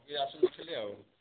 କେହି ଅସୁନଥିଲେ ଆଉ